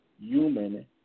human